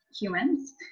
humans